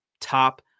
top